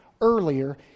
earlier